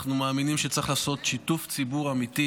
אנחנו מאמינים שצריך לעשות שיתוף ציבור אמיתי